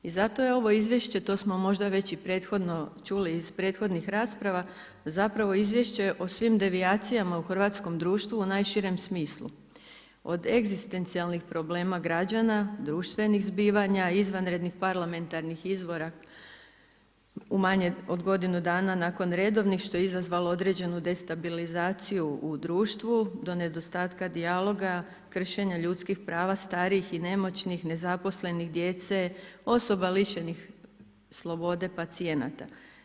I zato je ovo izvješće, to smo možda već i prethodno čuli iz prethodnih rasprava, zapravo izvješće osim devijacijama u hrvatskom društvu u najširem smislu, od egzistencijalnih problema građana, društvenih zbivanja, izvanrednih, parlamentarnih izvora, umanjen od godinu dana nakon redovnih, što je izazvalo određenu destabilizaciju u društvu, do nedostatka dijaloga, kršenja ljudskih prava, starijih i nemoćnih, nezaposlenih, djece, osoba lišenih slobode, pacijenata.